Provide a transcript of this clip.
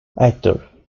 actor